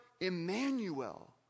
Emmanuel